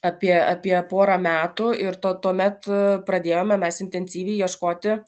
apie apie porą metų ir tuomet pradėjome mes intensyviai ieškoti